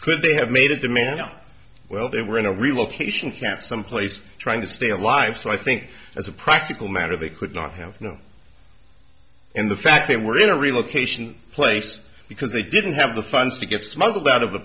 could they have made it the man well they were in a relocation can someplace trying to stay alive so i think as a practical matter they could not have you know in the fact they were in a relocation place because they didn't have the funds to get smuggled out of